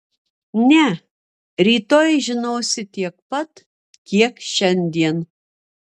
ne rytoj žinosi tiek pat kiek šiandien